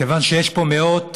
מכיוון שיש פה מאות